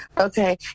Okay